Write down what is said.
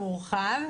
המורחב,